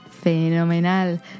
Fenomenal